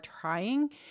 trying